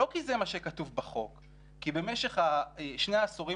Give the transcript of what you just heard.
לא כי זה מה שכתוב בחוק אלא כי במשך שני העשורים